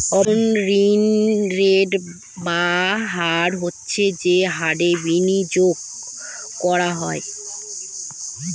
অভ্যন্তরীন রেট বা হার হচ্ছে যে হারে বিনিয়োগ করা হয়